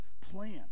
plan